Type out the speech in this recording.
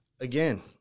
again